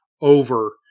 over